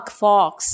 fox